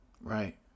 Right